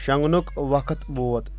شونٛگہٟ نُک وقت ووت